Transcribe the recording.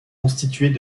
constituées